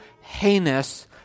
heinous